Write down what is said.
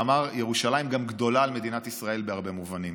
שאמר: ירושלים גם גדולה על מדינת ישראל בהרבה מובנים.